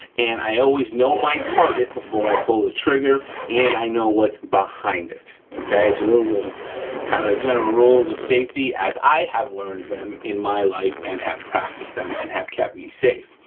and i always know my target before i pull the trigger and i know what's behind it, okay? so those are kinda the general rules of safety as i have learned them in my life and have practiced them and have kept me safe,